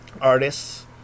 artists